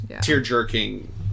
tear-jerking